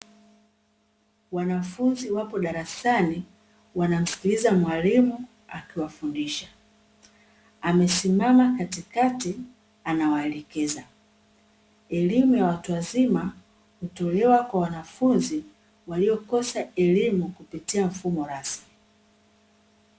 Wanafunzi wapo darasani, wanamsikiliza mwalimu akiwafundisha, amesimama katikati anawaelekeza. Elimu ya watu wazima, hutolewa kwa wanafunzi waliokosa elimu kupitia mfumo rasmi.